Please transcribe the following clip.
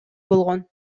болгон